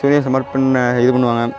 சூரியனுக்கு சமர்ப்பண்ண இது பண்ணுவாங்க